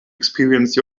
experience